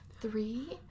three